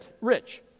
rich